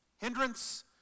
Hindrance